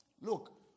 Look